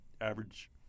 average